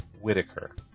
Whitaker